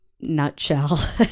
nutshell